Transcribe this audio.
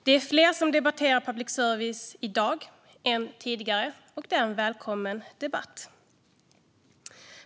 Det är fler som debatterar public service i dag än tidigare, och det är en välkommen debatt.